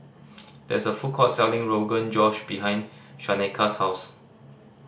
there is a food court selling Rogan Josh behind Shaneka's house